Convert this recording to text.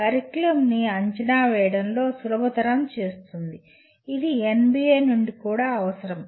కరికులంని అంచనా వేయడంలో సులభతరం చేస్తుంది ఇది NBA నుండి కూడా అవసరం